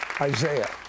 Isaiah